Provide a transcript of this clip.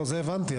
זה הבנתי.